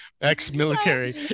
ex-military